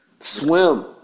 swim